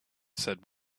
said